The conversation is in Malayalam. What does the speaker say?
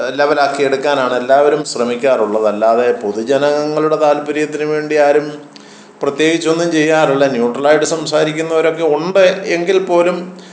ലെവൽ ആക്കി എടുക്കാനാണ് എല്ലാവരും ശ്രമിക്കാറുള്ളത് അല്ലാതെ പൊതുജനങ്ങളുടെ താൽപ്പര്യത്തിന് വേണ്ടിയാരും പ്രത്യേകിച്ചൊന്നും ചെയ്യാറില്ല ന്യൂട്രല് ആയിട്ട് സംസാരിക്കുന്നവരൊക്കെ ഉണ്ട് എങ്കിൽ പോലും